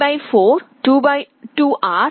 voltage V 8 అవుతుంది